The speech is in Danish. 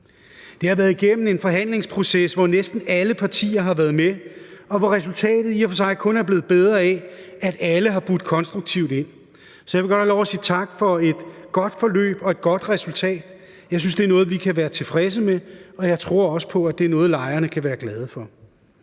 Det har været igennem en forhandlingsproces, hvor næsten alle partier har været med, og hvor resultatet i og for sig kun er blevet bedre af, at alle har budt konstruktivt ind. Så jeg vil godt have lov til at sige tak for et godt forløb og et godt resultat. Jeg synes, det er noget, vi kan være tilfredse med, og jeg tror også på, at det er noget, lejerne kan være glade for.